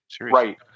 Right